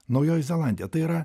naujoji zelandija tai yra